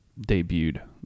debuted